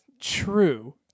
true